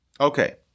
Okay